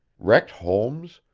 wrecked homes,